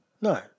No